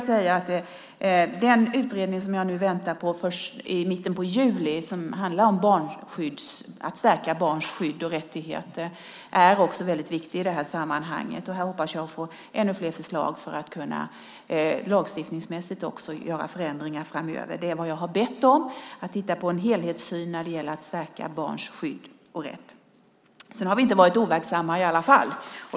Den utredning som jag väntar till mitten av juli, att stärka barns skydd och rättigheter, är viktig i sammanhanget. Här hoppas jag få ännu fler förslag för att lagstiftningsmässigt kunna göra förändringar framöver. Jag har bett om att utredningen ska ge en helhetssyn när det gäller att stärka barns skydd och rätt. Vi har inte varit overksamma i alla fall.